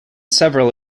several